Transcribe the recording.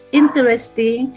interesting